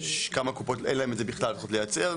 כמה קופות אין להם את זה בכלל, צריכות לייצר.